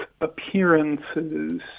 appearances